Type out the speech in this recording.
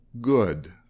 good